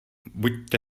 buďte